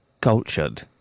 cultured